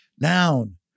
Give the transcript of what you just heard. noun